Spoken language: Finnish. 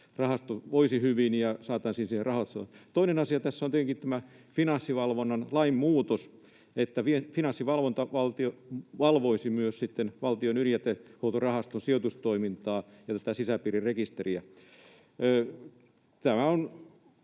rahasto voisi hyvin. Toinen asia tässä on tietenkin tämä Finanssivalvonnan lain muutos, että Finanssivalvonta valvoisi myös sitten Valtion ydinjätehuoltorahaston sijoitustoimintaa ja tätä sisäpiirirekisteriä. Tämä on